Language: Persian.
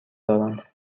دارم